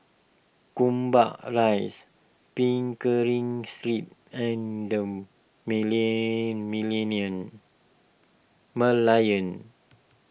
Gombak Rise Pickering Street and the Million Merlion